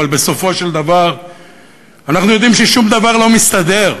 אבל בסופו של דבר אנחנו יודעים ששום דבר לא מסתדר.